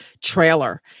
trailer